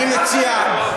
אני מציע,